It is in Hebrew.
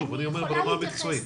אני אומר ברמה המקצועית.